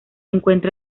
encuentra